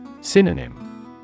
Synonym